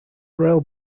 royal